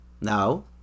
now